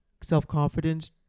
self-confidence